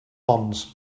bonds